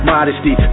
Modesty